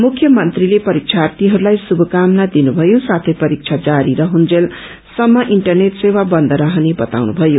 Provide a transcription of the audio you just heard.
मुख्यमन्त्रीले परीक्षार्थीहरूलाई शुभकामना दिनुभयो साथै परीक्षा जारी रहुन्जेलसमम इन्टरनेट सेवा बन्द रहने बताउनुभयो